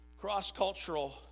cross-cultural